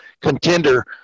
contender